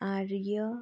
आर्य